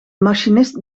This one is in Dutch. machinist